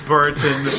Burton